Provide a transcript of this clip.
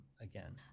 again